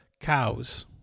cows